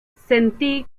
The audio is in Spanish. sentí